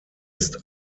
ist